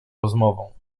rozmową